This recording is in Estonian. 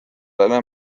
sellele